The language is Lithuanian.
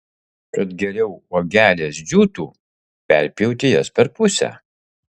kad geriau uogelės džiūtų perpjauti jas per pusę